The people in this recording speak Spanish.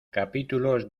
capítulos